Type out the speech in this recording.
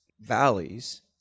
valleys